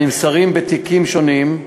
הנמסרים בתיקים שונים,